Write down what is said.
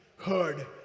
heard